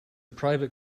private